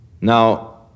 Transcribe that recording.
Now